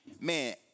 man